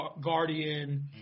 guardian